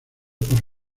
por